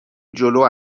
جلو